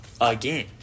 again